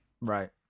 Right